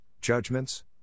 judgments